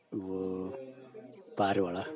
ಇವೂ ಪಾರಿವಾಳ